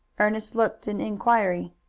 ernest looked an inquiry.